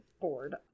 bored